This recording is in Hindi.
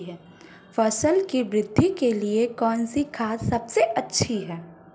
फसल की वृद्धि के लिए कौनसी खाद सबसे अच्छी है?